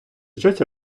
щось